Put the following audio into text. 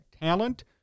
Talent